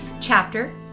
chapter